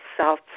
south